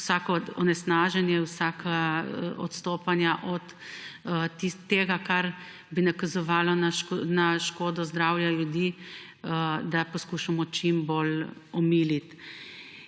vsako onesnaženje, vsaka odstopanja od tega, kar bi nakazovalo na škodo zdravja ljudi, poskušamo čim bolj omiliti.